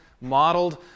modeled